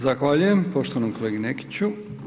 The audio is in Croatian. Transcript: Zahvaljujem poštovanom kolegi Nekiću.